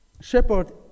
shepherd